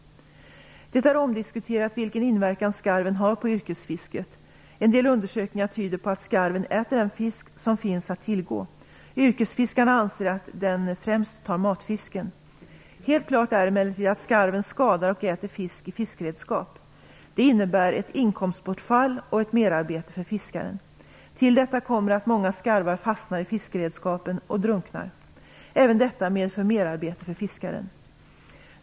Det är omdiskuterat vilken inverkan skarven har på yrkesfisket. En del undersökningar tyder på att skarven äter den fisk som finns att tillgå. Yrkesfiskarna anser att den främst tar matfisken. Helt klart är emellertid att skarven skadar och äter fisk i fiskeredskap. Det innebär ett inkomstbortfall och ett merarbete för fiskaren. Till detta kommer att många skarvar fastnar i fiskeredskapen och drunknar. Även detta medför merarbete för fiskaren.